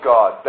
God